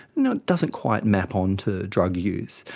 you know it doesn't quite map onto drug use,